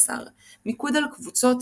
ה-11 - מיקוד על קבוצות,